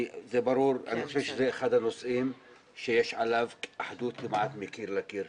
אני חושב שזה אחד הנושאים שיש עליו אחדות כמעט מקיר לקיר,